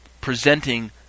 presenting